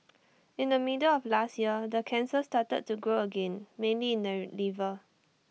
in the middle of last year the cancer started to grow again mainly in the liver